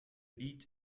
beat